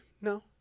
no